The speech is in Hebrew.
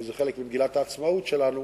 וזה חלק ממגילת העצמאות שלנו,